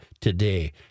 today